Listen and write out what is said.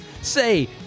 Say